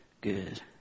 good